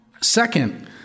Second